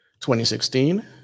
2016